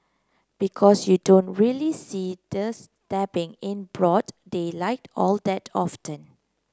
because you don't really see the stabbing in broad daylight all that often